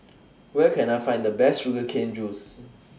Where Can I Find The Best Sugar Cane Juice